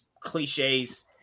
cliches